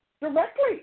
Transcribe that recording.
directly